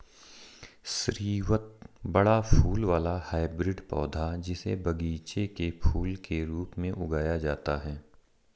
स्रीवत बड़ा फूल वाला हाइब्रिड पौधा, जिसे बगीचे के फूल के रूप में उगाया जाता है